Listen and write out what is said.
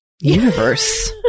universe